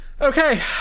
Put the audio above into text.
Okay